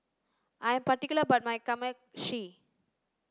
I am particular about my Kamameshi